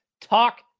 Talk